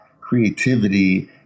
creativity